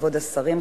כבוד השרים,